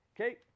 Okay